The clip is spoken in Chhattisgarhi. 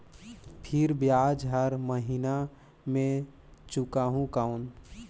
फिर ब्याज हर महीना मे चुकाहू कौन?